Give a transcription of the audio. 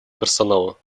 персонала